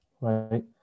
Right